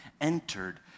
entered